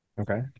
Okay